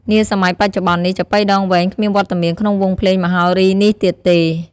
នាសម័យបច្ចុប្បន្ននេះ ចាប៉ីដងវែងគ្មានវត្តមានក្នុងវង់ភ្លេងមហោរីនេះទៀតទេ។